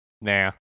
Nah